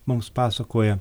mums pasakoja